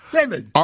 David